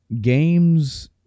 games